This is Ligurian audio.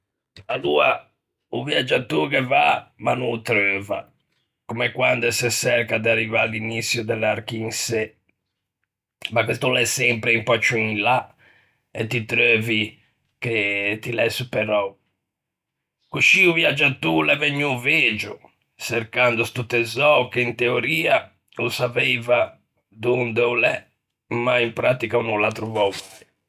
Aloa o viagiatô o ghe va, ma no ô treuva, comme quande se çerca de arrivâ à l'iniçio de l'archinçê, ma questo o l'é sempre un pö ciù in là, e pöi ti treuvi che ti l'æ superou. Coscì o viagiatô o l'é vegnuo vegio çercando sto tesöo che in teoria o saveiva dond'o l'é ma in prattica o no l'à trovou mai.